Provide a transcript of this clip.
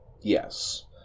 yes